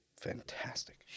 fantastic